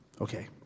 Okay